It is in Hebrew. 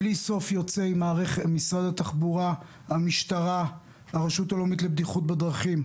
ביום שני הקרוב אני מכנס ישיבה של ועדת המשנה לבטיחות בדרכים,